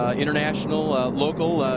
ah international, local,